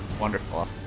Wonderful